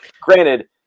granted